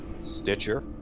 Stitcher